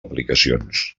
aplicacions